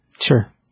Sure